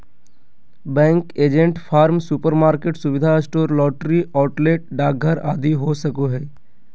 bank agent farm, supermarket, सुविधा store, lottery outlet, डाकघर आदि हो सको हइ